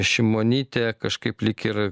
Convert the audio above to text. šimonytė kažkaip lyg ir